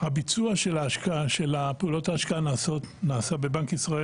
הביצוע של פעולות ההשקעה נעשה בבנק ישראל